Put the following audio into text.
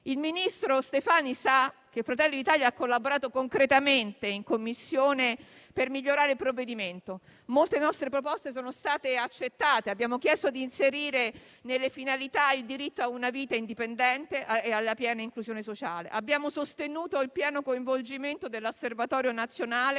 Il ministro Stefani sa che Fratelli d'Italia ha collaborato concretamente in Commissione per migliorare il provvedimento. Molte nostre proposte sono state accettate. Abbiamo chiesto di inserire tra le finalità il diritto a una vita indipendente e alla piena inclusione sociale. Abbiamo sostenuto il pieno coinvolgimento dell'Osservatorio nazionale